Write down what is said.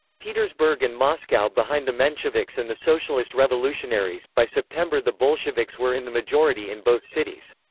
petersburg and moscow behind the mensheviks and the socialist revolutionaries, by september the bolsheviks were in the majority in both cities.